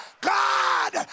God